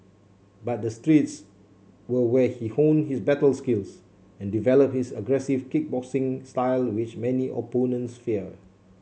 but the streets were where he honed his battle skills and developed his aggressive kickboxing style which many opponents fear